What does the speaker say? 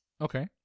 Okay